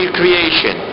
creation